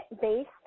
based